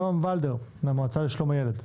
נעם וילדר, המועצה לשלום הילד,